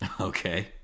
Okay